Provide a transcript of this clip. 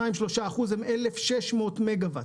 3-2 אחוזים הם 1,600 מגה וואט.